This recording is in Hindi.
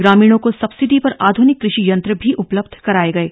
ग्रामीणों को सब्सिडी पर आधुनिक कृषि यंत्र भी उपलब्ध कराये गये